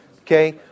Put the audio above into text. Okay